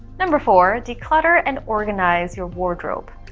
number four declutter and organize your wardrobe.